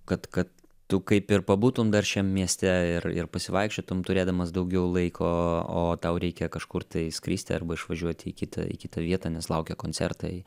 kad kad tu kaip ir pabūtum dar šiam mieste ir ir pasivaikščiotum turėdamas daugiau laiko o tau reikia kažkur tai skristi arba išvažiuoti į kitą į kitą vietą nes laukia koncertai